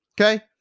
okay